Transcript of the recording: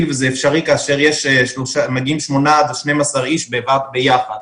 וזה אפשרי כאשר מגיעים 8-12 איש ביחד.